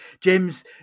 James